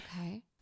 Okay